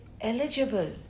eligible